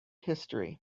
history